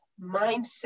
mindset